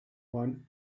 one